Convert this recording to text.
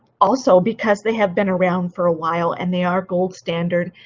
also because they have been around for a while and they are gold standard,